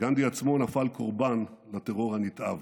גנדי עצמו נפל קורבן לטרור הנתעב.